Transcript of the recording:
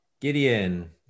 gideon